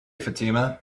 fatima